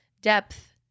depth